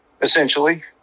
essentially